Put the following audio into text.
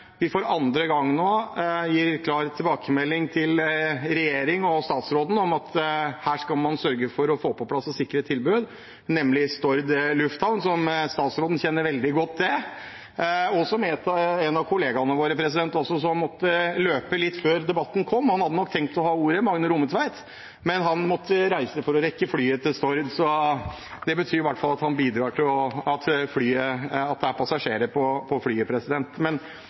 opprettholde de andre flyplassene. Den flyplassen vi for andre gang gir klar tilbakemelding til regjeringen og statsråden om å få på plass og sikre et tilbud, er Stord Lufthamn, som statsråden kjenner veldig godt til. En av kollegaene våre måtte løpe litt før debatten kom opp. Han hadde nok tenkt å ta ordet, Magne Rommetveit, men han måtte reise for å rekke flyet til Stord. Det betyr iallfall at han bidrar til at det er passasjerer på flyet.